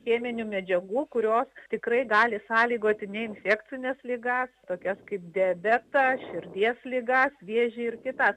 cheminių medžiagų kurios tikrai gali sąlygoti neinfekcines ligas tokias kaip diabetą širdies ligą vėžį ir kitas